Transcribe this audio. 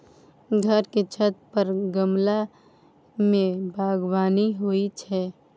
घर के छत पर गमला मे बगबानी होइ छै